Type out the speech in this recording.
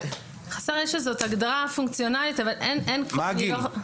חסר ישע, זאת הגדרה פונקציונאלית אבל אין לזה גיל.